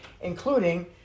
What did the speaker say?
including